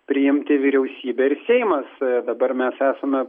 priimti vyriausybė ir seimas dabar mes esame